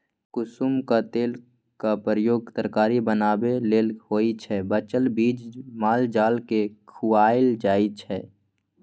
कुसुमक तेलक प्रयोग तरकारी बनेबा लेल होइ छै बचल चीज माल जालकेँ खुआएल जाइ छै